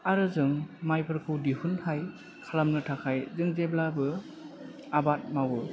आरो जों माइफोरखौ दिहुनथाय खालामनो थाखाय जों जेब्लाबो आबाद मावो